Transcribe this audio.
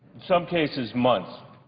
some cases, months.